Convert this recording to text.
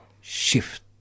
shift